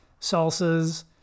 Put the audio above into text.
salsas